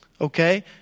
Okay